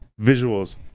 visuals